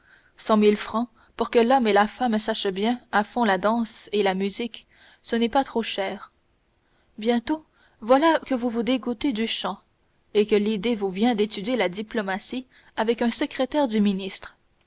cent mille francs pour que l'homme et la femme sachent bien à fond la danse et la musique ce n'est pas trop cher bientôt voilà que vous vous dégoûtez du chant et que l'idée vous vient d'étudier la diplomatie avec un secrétaire du ministre